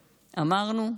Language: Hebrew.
אמרנו?